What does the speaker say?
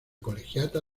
colegiata